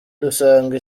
dusanga